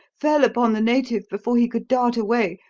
fell upon the native before he could dart away,